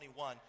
21